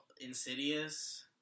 Insidious